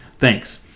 thanks